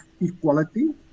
equality